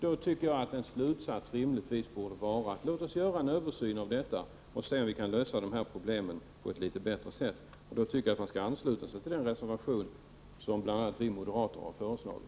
Då borde slutsatsen rimligtvis vara att det skall göras en översyn för att se om problemen kan lösas på ett bättre sätt. Därför bör man ansluta sig till den reservation som bl.a. vi moderater har avgivit.